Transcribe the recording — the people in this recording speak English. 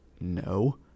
no